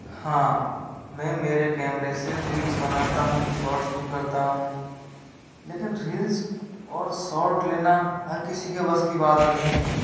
हाँ मैं मेरे केमरे से रील्स बनाता हूँ शॉर्ट्स भी करता हूँ लेकिन रील्स और शॉर्ट लेना हर किसी के बस की बात नहीं है